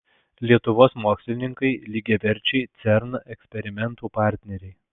lietuvos mokslininkai lygiaverčiai cern eksperimentų partneriai